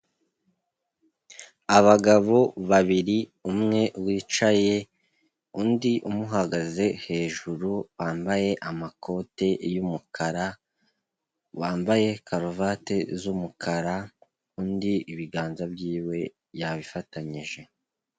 Abagabo babiri, umwe wicaye undi umuhagaze hejuru wambaye amakoti y'umukara, wambaye karuvati z'umukara, undi ibiganza by'iwe yabifatanyije.